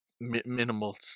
Minimal